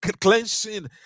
cleansing